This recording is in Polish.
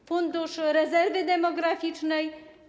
A Fundusz Rezerwy Demograficznej?